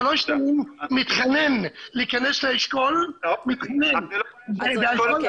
שנים מתחנן להכנס לאשכול --- תן לי